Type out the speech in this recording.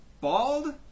Bald